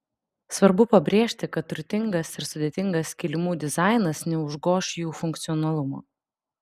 svarbu pabrėžti kad turtingas ir sudėtingas kilimų dizainas neužgoš jų funkcionalumo